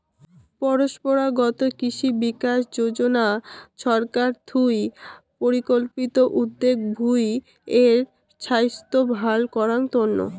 পরম্পরাগত কৃষি বিকাশ যোজনা ছরকার থুই পরিকল্পিত উদ্যগ ভূঁই এর ছাইস্থ ভাল করাঙ তন্ন